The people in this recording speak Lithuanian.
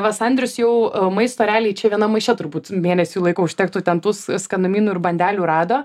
va sandrius jau maisto realiai čia vienam maiše turbūt mėnesiui laiko užtektų ten tų skanumynų ir bandelių rado